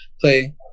play